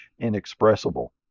inexpressible